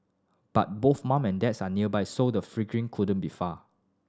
but both mum and dad are nearby so the fledgling couldn't be far